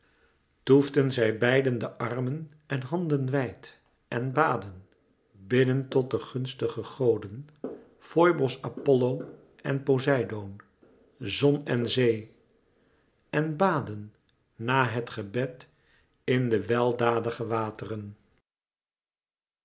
toefden zij beiden de armen en handen wijd en baden biddend tot de gunstige goden foibos apollo en poseidoon zon en zee en baadden na het gebed in de weldadige wateren